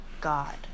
god